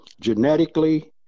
genetically